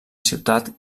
ciutat